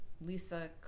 Lisa